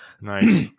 Nice